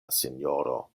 sinjoro